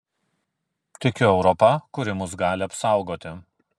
tikiu europa kuri mus gali apsaugoti